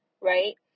right